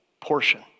portion